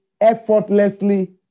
effortlessly